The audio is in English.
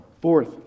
Fourth